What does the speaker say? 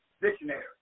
Dictionary